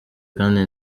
kandi